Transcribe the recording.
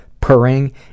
purring